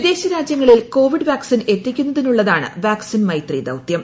വിദേശരാജ്യങ്ങളിൽ Covid vaccine എത്തിക്കുന്നതിനുള്ളതാണ് vaccine Maitri ദൌത്യം